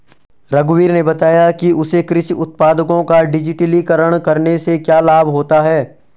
रघुवीर ने बताया कि उसे कृषि उत्पादों का डिजिटलीकरण करने से क्या लाभ होता है